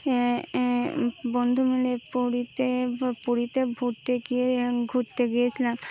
বন্ধু মিলে পড়িতে পড়িতে ঘুরতে গিয়ে ঘুরতে গিয়েছিলাম